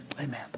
Amen